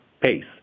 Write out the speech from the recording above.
pace